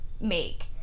make